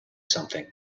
something